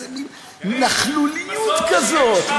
זה מין נכלוליות כזאת,